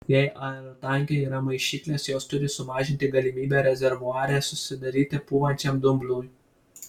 jei aerotanke yra maišyklės jos turi sumažinti galimybę rezervuare susidaryti pūvančiam dumblui